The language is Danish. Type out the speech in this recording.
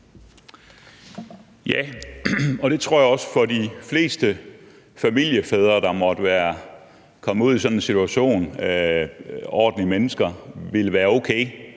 Ja, og jeg tror også, at for de fleste familiefædre, der måtte være kommet ud i sådan en situation, for ordentlige mennesker, ville det være okay,